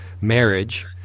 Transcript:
marriage